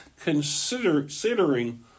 considering